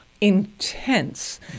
intense